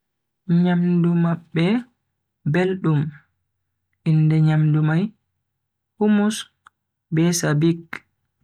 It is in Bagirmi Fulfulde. Nyamdu mabbe beldum, inde nyamdu mai hummus be sabich.